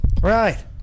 Right